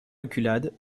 reculades